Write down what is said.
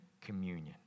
communion